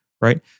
right